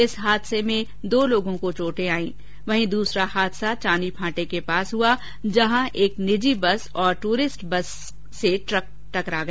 इस हादसे में दो जनों को चोटे आईं वहीं दूसरा हादसा चानी फांटे के पास हुआ जहां एक निजी बस और ट्यूरिस्ट बस से ट्रक टकरा गया